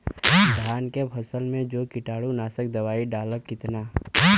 धान के फसल मे जो कीटानु नाशक दवाई डालब कितना?